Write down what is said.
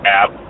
app